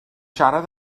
siarad